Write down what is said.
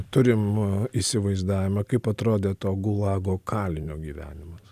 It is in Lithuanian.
turim įsivaizdavimą kaip atrodė to gulago kalinio gyvenimas